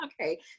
okay